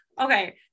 Okay